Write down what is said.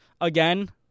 Again